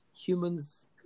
humans